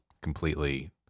completely